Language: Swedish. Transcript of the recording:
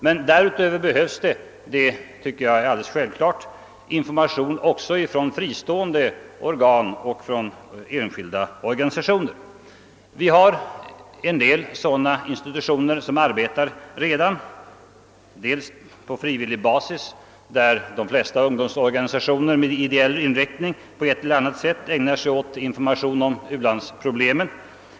Men därutöver behövs information från fristående organ och från enskilda organisationer. Vi har en del sådana institutioner som redan arbetar. De verkar delvis på frivillig basis — ett flertal ungdomsorganisationer med ideell inriktning ägnar sig åt information om ulandsproblemen.